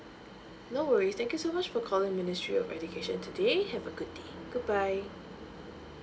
no worries thank you so much for calling ministry of education today have a good day goodbye